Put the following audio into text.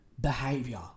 behavior